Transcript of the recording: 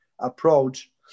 approach